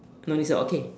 no need say okay